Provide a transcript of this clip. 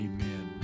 Amen